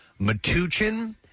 Matuchin